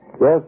Yes